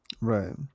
Right